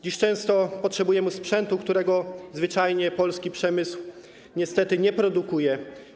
Dziś często potrzebujemy sprzętu, którego zwyczajnie polski przemysł niestety nie produkuje.